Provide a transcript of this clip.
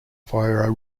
via